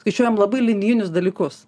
skaičiuojam labai linijinius dalykus